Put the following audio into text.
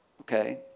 okay